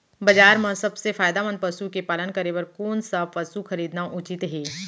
बजार म सबसे फायदामंद पसु के पालन करे बर कोन स पसु खरीदना उचित हे?